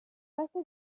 passa